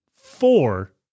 four